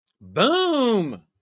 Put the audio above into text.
Boom